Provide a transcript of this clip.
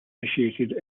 initiated